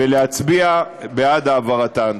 ולהצביע בעד העברתן.